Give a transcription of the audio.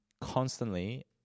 constantly